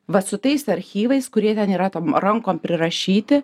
va su tais archyvais kurie ten yra tom rankom prirašyti